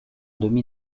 demi